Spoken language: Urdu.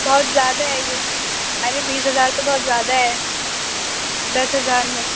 بہت زیادہ ہے یہ ارے بیس ہزار تو بہت زیادہ ہے دس ہزار میں